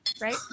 Right